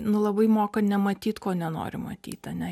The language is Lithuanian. nu labai moka nematyt ko nenori matyt ane